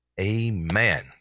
Amen